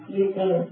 using